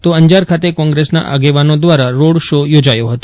તો અંજાર ખાતે કોંગ્રેસના આગેવાનો દવારા રોડ શો યોજાયો હતો